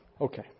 okay